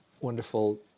wonderful